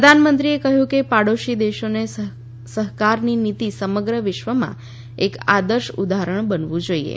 પ્રધાનમંત્રીએ કહ્યુ કે પાડોશી દેશોને સહકારની નિતિ સમગ્ર વિશ્વમાં એક આદર્શ ઉદાહરણ બનવું જોઈએ